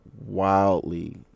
wildly